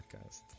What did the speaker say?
podcast